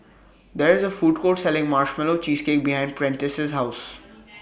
There IS A Food Court Selling Marshmallow Cheesecake behind Prentice's House